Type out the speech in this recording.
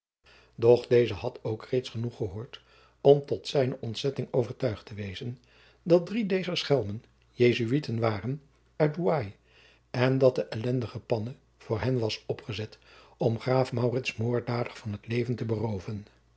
doch deze had ook reeds genoeg gehoord om tot zijne ontzetting overtuigd te wezen dat drie dezer schelmen jesuiten waren uit douai en dat de elendige panne door hen was opgezet om graaf maurits moorddadig van t leven te berooven